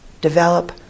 develop